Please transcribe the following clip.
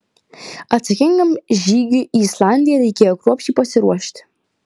atsakingam žygiui į islandiją reikėjo kruopščiai pasiruošti